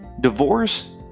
Divorce